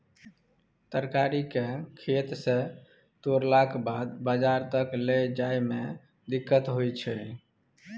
तरकारी केँ खेत सँ तोड़लाक बाद बजार तक लए जाए में दिक्कत होइ छै